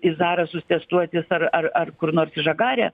į zarasus testuotis ar ar ar kur nors į žagarę